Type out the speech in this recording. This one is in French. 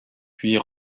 puis